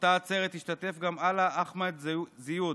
באותה עצרת השתתף גם עלאא אחמד זיוד,